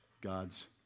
God's